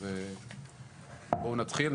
אז בואו נתחיל.